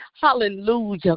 Hallelujah